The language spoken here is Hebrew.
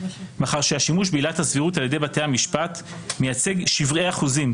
מאחר שהשימוש בעילת הסבירות על-ידי בתי המשפט מייצג שברי אחוזים,